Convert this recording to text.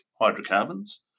hydrocarbons